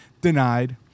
denied